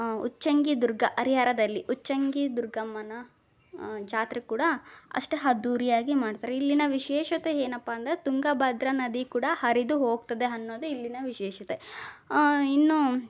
ಉಚ್ಚಂಗಿ ದುರ್ಗ ಹರಿಹರದಲ್ಲಿ ಉಚ್ಚಂಗಿ ದುರ್ಗಮ್ಮನ ಜಾತ್ರೆ ಕೂಡ ಅಷ್ಟು ಅದ್ದೂರಿಯಾಗಿ ಮಾಡ್ತಾರೆ ಇಲ್ಲಿನ ವಿಶೇಷತೆ ಏನಪ್ಪ ಅಂದರೆ ತುಂಗಭದ್ರ ನದಿ ಕೂಡ ಹರಿದು ಹೋಗ್ತದೆ ಅನ್ನೋದೆ ಇಲ್ಲಿನ ವಿಶೇಷತೆ ಇನ್ನು